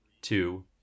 two